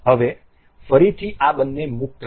હવે ફરીથી આ બંને મુક્ત છે